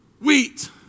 wheat